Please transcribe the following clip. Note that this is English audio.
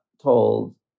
told